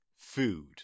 food